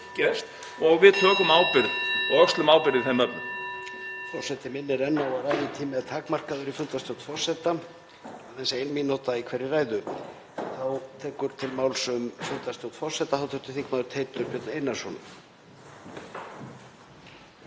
og við tökum ábyrgð og öxlum ábyrgð í þeim efnum.